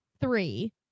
Three